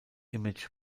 image